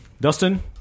Dustin